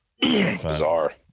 Bizarre